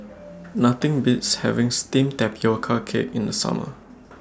Nothing Beats having Steamed Tapioca Cake in The Summer